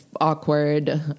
awkward